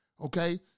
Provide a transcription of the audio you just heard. okay